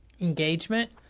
engagement